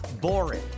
boring